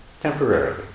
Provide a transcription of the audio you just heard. temporarily